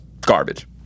garbage